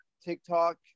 TikTok